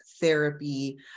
therapy